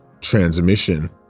transmission